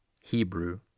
Hebrew